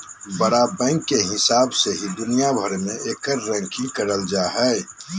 बड़ा बैंक के हिसाब से ही दुनिया भर मे एकर रैंकिंग करल जा हय